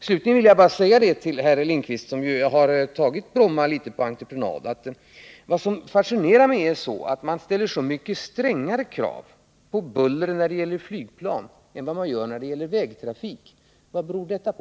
Slutligen vill jag bara säga till herr Lindkvist, som ju i någon mån har tagit Bromma på entreprenad, att vad som fascinerar mig är att man ställer så mycket strängare krav när det gäller buller från flygplan än vad man gör när det gäller vägtrafik. Vad beror detta på?